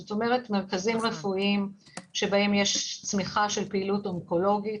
זאת אומרת מרכזים רפואיים בהם יש צמיחת פעילות אונקולוגית,